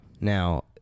Now